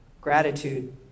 gratitude